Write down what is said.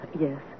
Yes